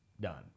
done